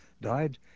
died